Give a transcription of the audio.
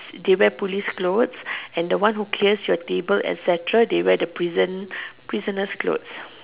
they wear police clothes and the one who clears your table and etcetera they wear the prison prisoner's clothes